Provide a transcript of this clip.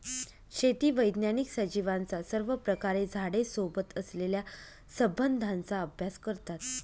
शेती वैज्ञानिक सजीवांचा सर्वप्रकारे झाडे सोबत असलेल्या संबंधाचा अभ्यास करतात